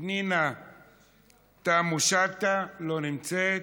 פנינה תמנו-שטה, לא נמצאת.